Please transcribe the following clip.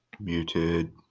Muted